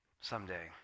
someday